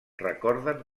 recorden